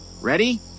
Ready